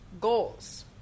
goals